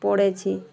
পড়েছি